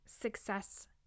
success